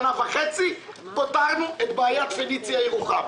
שנה וחצי פתרנו את בעיית פניציה ירוחם.